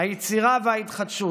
היצירה וההתחדשות,